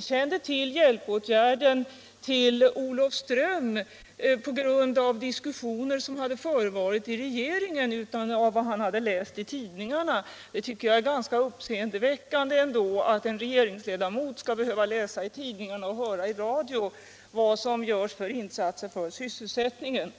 kände till stödåtgärderna till Olofström inte på grund av diskussioner som har förevarit i regeringen utan på grund av vad han har läst i tidningarna och hört i massmedia. Det är ändå ganska uppseendeväckande att en regeringsledamot skall behöva läsa i tidningar och höra i radio om regeringens insatser för sysselsättningen.